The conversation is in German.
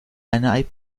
eine